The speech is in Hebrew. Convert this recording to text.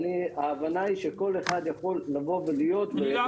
ההבנה היא שכל אחד יכול לבוא ולהיות פרמדיק ולעשות